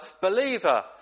believer